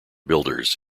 builders